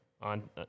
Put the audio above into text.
on